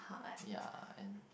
ya and